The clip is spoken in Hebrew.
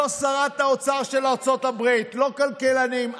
לא שרת האוצר של ארצות הברית, לא כלכלנים.